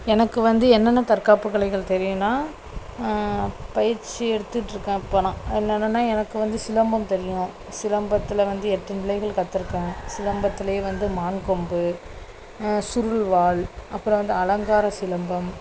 எனக்கு வந்து என்னென்ன தற்காப்பு கலைகள் தெரியுன்னா பயிற்சி எடுத்துட்டுருக்கேன் இப்போ நான் என்னென்னன்னா எனக்கு வந்து சிலம்பம் தெரியும் சிலம்பத்தில் வந்து எட்டு நிலைகள் கற்றுருக்கேன் சிலம்பத்தில் வந்து மான் கொம்பு சுருள்வாள் அப்புறம் வந்து அலங்கார சிலம்பம்